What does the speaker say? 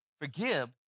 Forgive